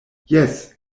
jes